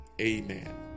amen